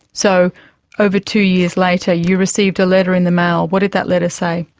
so over two years later you received a letter in the mail. what did that letter say?